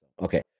Okay